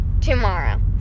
tomorrow